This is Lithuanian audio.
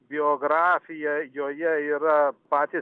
biografija joje yra patys